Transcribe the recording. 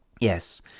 yes